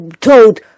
told